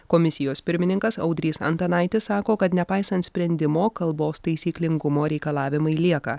komisijos pirmininkas audrys antanaitis sako kad nepaisant sprendimo kalbos taisyklingumo reikalavimai lieka